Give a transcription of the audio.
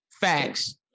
Facts